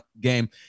game